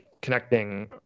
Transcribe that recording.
connecting